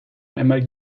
einmal